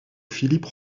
philippe